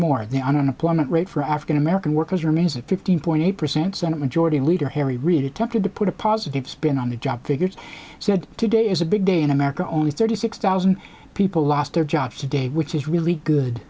the unemployment rate for african american workers remains at fifteen point eight percent senate majority leader harry reid attempted to put a positive spin on the job figures said today is a big day in america only thirty six thousand people lost their jobs today which is really good